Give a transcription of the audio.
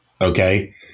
Okay